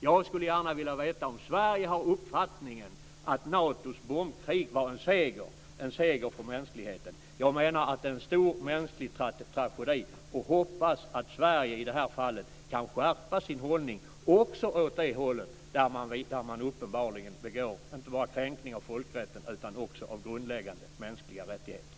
Jag skulle gärna vilja veta om Sverige har uppfattningen att Natos bombkrig var en seger för mänskligheten. Jag menar att det var en stor mänsklig tragedi, och jag hoppas att Sverige i det här fallet kan skärpa sin hållning, också åt det hållet där man uppenbarligen kränker inte bara folkrätten utan också grundläggande mänskliga rättigheter.